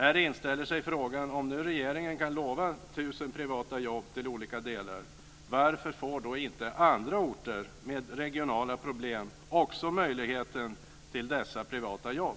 Här inställer sig frågan, om nu regeringen kan lova 1 000 privata jobb till olika delar: Varför får inte andra orter med regionala problem också möjligheten till dessa privata jobb?